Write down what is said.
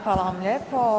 Hvala vam lijepo.